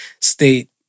state